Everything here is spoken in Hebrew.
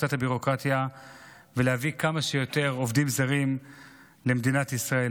הביורוקרטיה ולהביא כמה שיותר עובדים זרים למדינת ישראל.